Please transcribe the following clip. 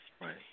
Right